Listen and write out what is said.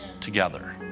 together